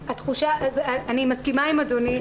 אני מסכימה עם אדוני.